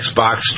Xbox